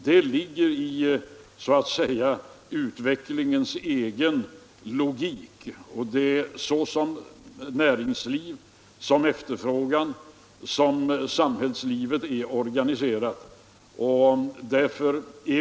Det ligger så att säga i utvecklingens egen logik med tanke på hur näringsliv, efterfrågan och samhällslivet är organiserat.